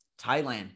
Thailand